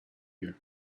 you